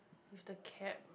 mister cat